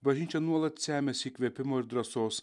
bažnyčia nuolat semiasi įkvėpimo ir drąsos